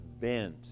bent